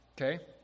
Okay